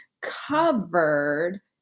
covered